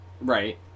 Right